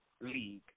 league